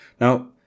Now